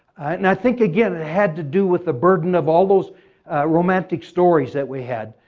and i think again it had to do with the burden of all those romantic stories that we had.